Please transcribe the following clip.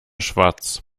schwarz